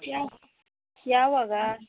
ಯಾವ ಯಾವಾಗ